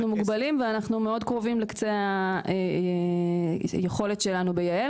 אנחנו מוגבלים ואנחנו מאוד קרובים לקצה היכולת שלנו ב'יעל'.